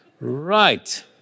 Right